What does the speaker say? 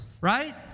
right